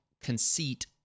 conceit